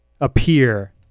appear